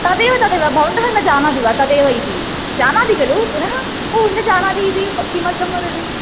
तदेव तदेव भवन्तः न जानाति वा तदेव इति जानाति खलु पुनः ओ न जानाति इति किमर्थं वदति